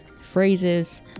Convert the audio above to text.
phrases